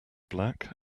black